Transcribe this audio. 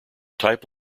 type